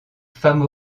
femme